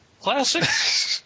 classic